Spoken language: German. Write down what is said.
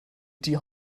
die